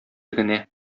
генә